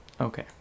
Okay